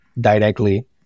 directly